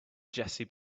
jessie